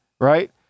right